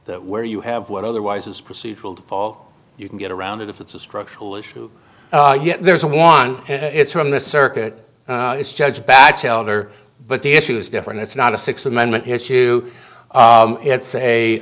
that where you have what otherwise is procedural to fall you can get around it if it's a structural issue yet there's one it's from the circuit it's judge batchelder but the issue is different it's not a six amendment issue it's a